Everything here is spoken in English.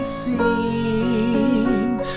theme